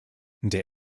der